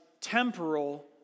temporal